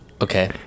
Okay